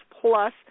plus